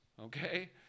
Okay